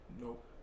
Nope